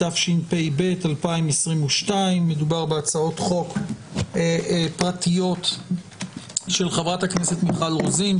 התשפ"ב 2022. מדובר בהצעות חוק פרטיות של חברות הכנסת מיכל רוזין,